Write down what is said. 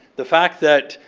the fact that,